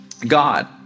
God